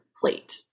plate